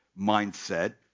mindset